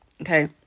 Okay